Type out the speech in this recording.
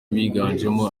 biganjemo